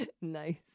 Nice